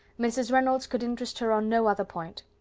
mrs. reynolds could interest her on no other point.